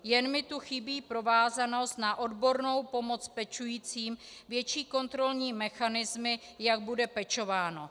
Jen mi tu chybí provázanost na odbornou pomoc pečujícím, větší kontrolní mechanismy, jak bude pečováno.